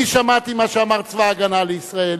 אני שמעתי מה שאמר צבא-הגנה לישראל,